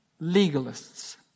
legalists